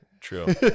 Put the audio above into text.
True